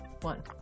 one